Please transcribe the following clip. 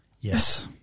Yes